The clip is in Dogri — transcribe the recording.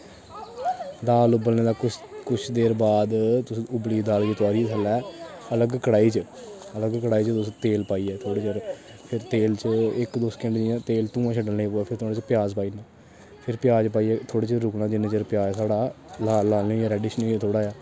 दाल उब्बलने दे कुछ कुछ देर बाद तुस उब्बली दी दाल गी तुआरियै थल्लै अलग कड़ाही अलग कड़ाही च तुस तेल पाइयै थोह्ड़े चिर फिर तेल च इक दो सकैंड जियां तेल धुआं छड्ड्न लेई पवै फिर तुसें ओह्दे च प्याज पाई ओड़ना फिर प्याज पाइयै थोह्ड़े चिर रुकना जिन्ने चिर प्याज साढ़ा लाल लाल नेईं रेडिश नेईं होई जा थोह्ड़ा